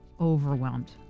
overwhelmed